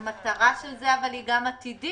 אבל המטרה של זה היא גם עתידית.